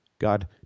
God